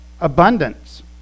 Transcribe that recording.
abundance